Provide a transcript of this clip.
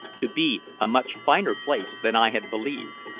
to be a much finer place than i had believed.